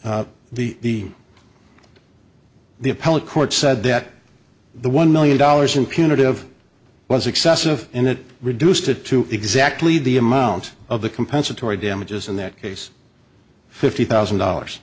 the the the appellate court said that the one million dollars in punitive was excessive and it reduced it to exactly the amount of the compensatory damages in that case fifty thousand dollars